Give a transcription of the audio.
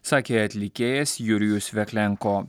sakė atlikėjas jurijus veklenko